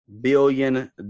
billion